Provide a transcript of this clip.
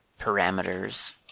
parameters